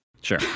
Sure